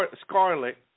scarlet